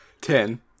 ten